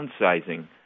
downsizing